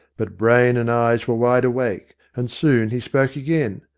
but brain and eyes were wide awake, and soon he spoke again.